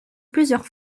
plusieurs